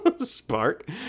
spark